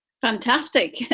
Fantastic